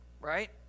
Right